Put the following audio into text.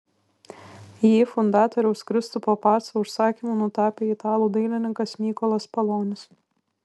jį fundatoriaus kristupo paco užsakymu nutapė italų dailininkas mykolas palonis